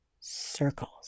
circles